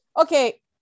Okay